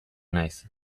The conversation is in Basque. naiz